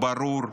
ברור וחד-משמעי,